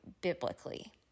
biblically